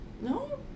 No